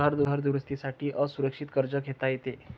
घर दुरुस्ती साठी असुरक्षित कर्ज घेता येते